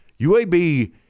UAB